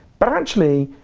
but actually,